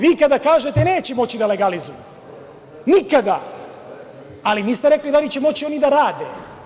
Vi kada kažete – neće moći da legalizuju nikada, ali niste rekli da li će moći oni da rade.